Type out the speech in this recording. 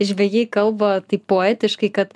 žvejai kalba taip poetiškai kad